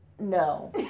no